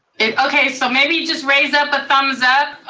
okay, so maybe just raise up a thumbs up,